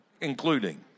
including